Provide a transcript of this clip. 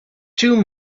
too